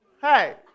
Hey